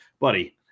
buddy